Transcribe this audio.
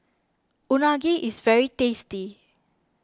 Unagi is very tasty